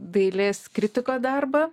dailės kritiko darbą